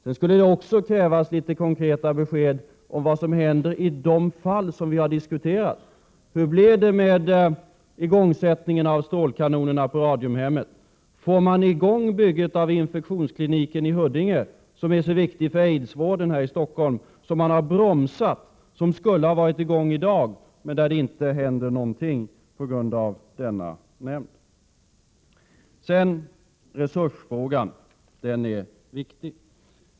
Jag skulle också vilja ha konkreta besked om vad som händer i de fall som vi har diskuterat. Hur blev det med igångsättningen av strålkanonerna på Radiumhemmet? Får man i gång byggandet av infektionskliniken i Huddinge, som är så viktig för aidsvården här i Stockholm? Den skulle ha varit i gång i dag, om den inte hade bromsats. Men på grund av NUU-nämnden händer ingenting. Resursfrågan är viktig.